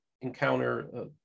encounter